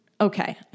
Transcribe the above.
Okay